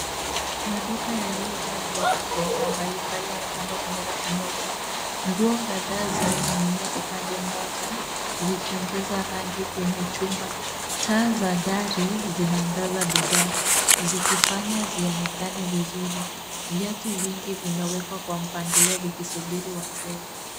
Maduka yaliyo jaa viatu vya aina mbali mbali yamepangwa kwenye rafu nyeupe. Nguo kadhaa zimeninginia upande mmoja zikiongeza rangi kwenye chumba. Taa za dari zinanagaza bidhaa zikifanya zionekane vizuri viatu vingi vimewekwa kwa mpangilio vikisubiri wateja.